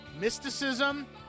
mysticism